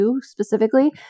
specifically